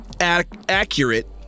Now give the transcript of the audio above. accurate